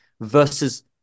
versus